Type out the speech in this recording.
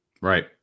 Right